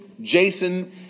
Jason